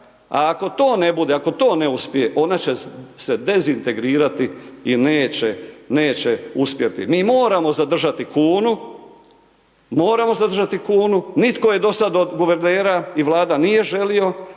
a ako to ne bude, ako to ne uspije, ona će se dezintegrirati i neće uspjeti. Mi moramo zadržati kunu, moramo zadržati kunu, nitko je dosad od guvernera i vlada nije želio,